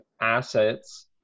assets